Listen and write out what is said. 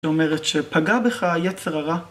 ‫שאומרת שפגע בך יצר הרע.